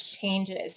changes